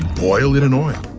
boil it in oil.